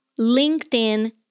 LinkedIn